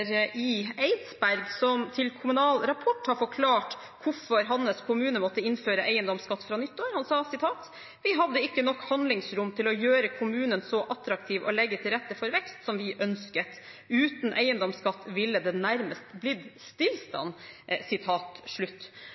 i Eidsberg, som til Kommunal Rapport har forklart hvorfor hans kommune måtte innføre eiendomsskatt fra nyttår. Han sa: «Vi hadde ikke nok handlingsrom til å gjøre kommunen så attraktiv og legge slik til rette for vekst som vi ønsket. Uten eiendomsskatt ville det nærmest blitt stillstand.»